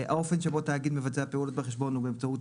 האופן שבו תאגיד מבצע פעולות בחשבון הוא באמצעות